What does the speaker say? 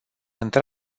într